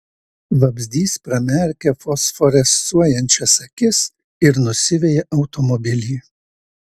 vabzdys pramerkia fosforescuojančias akis ir nusiveja automobilį